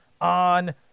on